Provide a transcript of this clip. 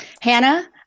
Hannah